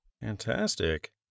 Fantastic